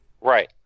Right